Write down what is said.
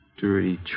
Dirty